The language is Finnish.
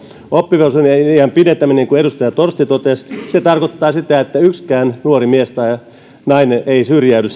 oppivelvollisuusiän pidentäminen kuten edustaja torsti totesi tarkoittaa sitä että sen jälkeen kun oppivelvollisuutta pidennetään yksikään nuori mies tai nainen ei syrjäydy